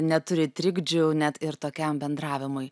neturi trikdžių net ir tokiam bendravimui